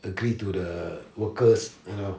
agree to the workers you know